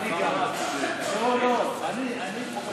איזה אלוף.